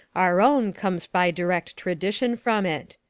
our own comes by direct tradition from it.